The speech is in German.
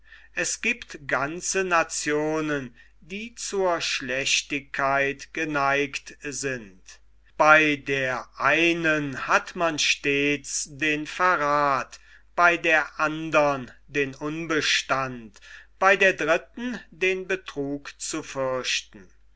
es giebt ganze nationen die zur schlechtigkeit geneigt sind bei der einen hat man stets den verrats bei der andern den unbestand bei der dritten den betrug zu fürchten